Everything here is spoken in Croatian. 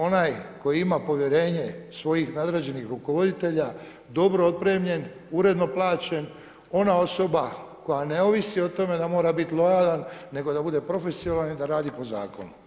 Onaj koji ima povjerenje svojih nadređenih rukovoditelja dobro opremljen, uredno plaćen, ona osoba koja ne ovisi o tome da mora bit lojalan, nego da bude profesionalan i da radi po zakonu.